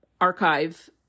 archive